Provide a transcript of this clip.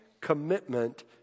commitment